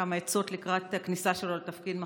כמה עצות לקראת הכניסה שלו לתפקיד מחר.